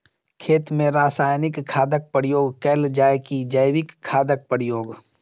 खेत मे रासायनिक खादक प्रयोग कैल जाय की जैविक खादक प्रयोग?